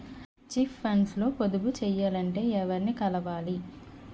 Chit funds లో పొదుపు చేయాలంటే ఎవరిని కలవాలి?